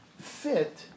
fit